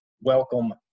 welcome